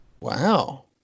Wow